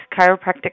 Chiropractic